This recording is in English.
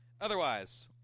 Otherwise